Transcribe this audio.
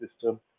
system